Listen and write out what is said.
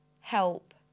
help